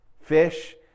fish